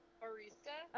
barista